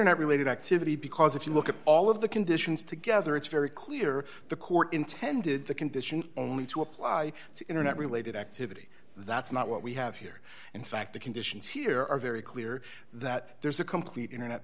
internet related activity because if you look at all of the conditions together it's very clear the court intended the condition only to apply to internet related activity that's not what we have here in fact the conditions here are very clear that there's a complete internet